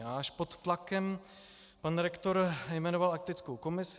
Až pod tlakem pan rektor jmenoval etickou komisi.